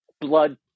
blood